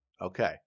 Okay